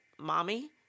mommy